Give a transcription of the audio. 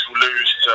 lose